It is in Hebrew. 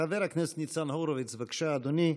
חבר הכנסת ניצן הורוביץ, בבקשה, אדוני.